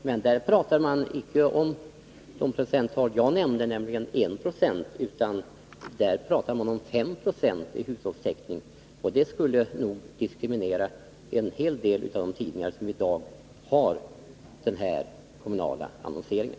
Men där talar man inte om det procenttal som jag nämnde, nämligen 1 96, utan där talar man om 5 96 i hushållstäckning, och det kravet skulle nog diskriminera en hel dei av de tidningar som i dag har den kommunala annonseringen.